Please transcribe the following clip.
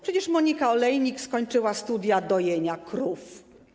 Przecież Monika Olejnik skończyła studia dojenia krów.